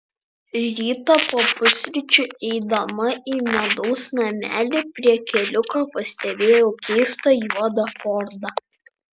rytą po pusryčių eidama į medaus namelį prie keliuko pastebėjau keistą juodą fordą